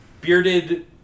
bearded